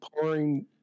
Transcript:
pouring